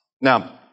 Now